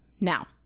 Now